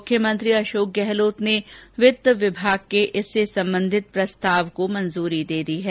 मुख्यमंत्री अशोक गहलोत ने वित्त विभाग के इससे संबंधित प्रस्ताव को मंजूरी दे दी है